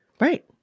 Right